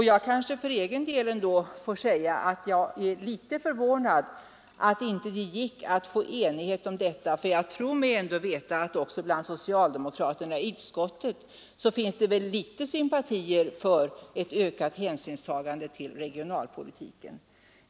Jag kanske för egen del får säga att jag är litet förvånad över att det inte gick att få enighet i denna fråga. Jag tror mig veta att det även hos socialdemokraterna i utskottet finns vissa sympatier för ett ökat hänsynstagande till regionalpolitiken.